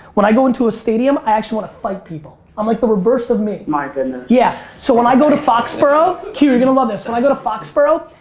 when i go into a stadium i actually want to fight people. i'm like the reverse of me. my goodness. yeah, so when i go to foxborough, q you're gonna love this. when i got to foxborough,